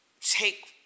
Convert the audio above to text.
take